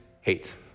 hate